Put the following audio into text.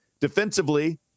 defensively